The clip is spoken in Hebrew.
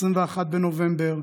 21 בנובמבר,